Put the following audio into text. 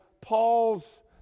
Paul's